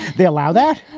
they allow that.